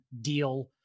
deal